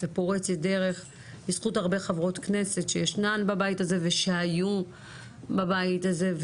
ופורצת דרך בזכות הרבה חברות כנסת שישנן בבית הזה ושהיו בבית הזה,